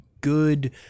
good